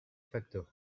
facto